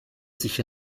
sich